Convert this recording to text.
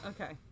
okay